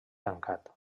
tancat